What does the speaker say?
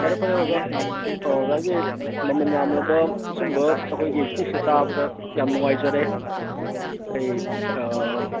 ꯐꯔꯦ ꯐꯔꯦ ꯑꯣꯖꯥ ꯑꯣꯖꯥꯒꯤ ꯃꯃꯟ ꯌꯥꯝꯂꯕ ꯁꯨꯝꯕ ꯑꯩꯈꯣꯏꯒꯤ ꯏꯁꯄꯤꯁꯁꯦ ꯇꯥꯕꯗ ꯌꯥꯝ ꯅꯨꯡꯉꯥꯏꯖꯔꯦ ꯑꯩ